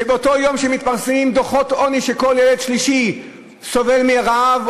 כשבאותו יום שבו מתפרסמים דוחות עוני שלפיהם כל ילד שלישי סובל מרעב,